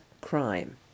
crime